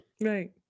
Right